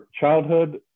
childhood